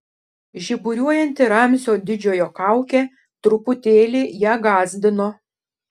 žiburiuojanti ramzio didžiojo kaukė truputėlį ją gąsdino